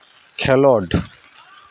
ᱠᱷᱮᱞᱚᱰ